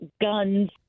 guns